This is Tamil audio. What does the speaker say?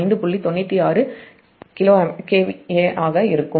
96 KA ஆக இருக்கும்